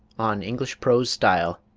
on english prose style,